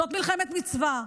זאת מלחמת מצווה,